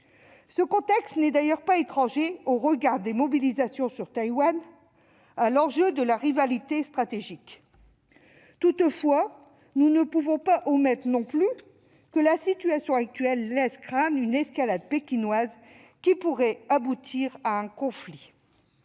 Ce contexte n'est d'ailleurs pas étranger au regain des mobilisations sur Taïwan, à l'enjeu de la rivalité stratégique. Toutefois, nous ne pouvons pas omettre non plus que la situation actuelle laisse craindre une escalade pékinoise qui pourrait aboutir à un conflit.